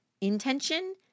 intention